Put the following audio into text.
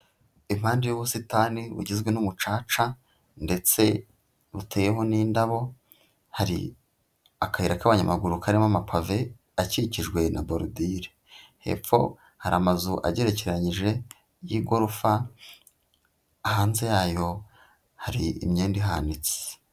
Impande y'ubusitani bugizwe n'umucaca, ndetse buteyeho n'indabo, hari akayira k'abanyamaguru karimo amapave, akikijwe na borudile. Hepfo hari amazu agerekeranyije y'igorofa, hanze yayo, hari imyenda ihanitse.